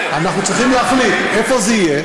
אנחנו צריכים להחליט איפה זה יהיה.